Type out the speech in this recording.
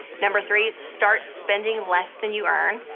number three, start spending less than you earn.